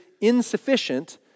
insufficient